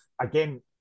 Again